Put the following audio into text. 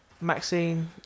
Maxine